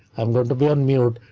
i'm going to be on mute.